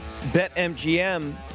BetMGM